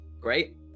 great